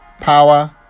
power